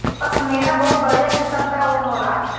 पश्मीना बहुत बढ़िया किसिम कअ ऊन होला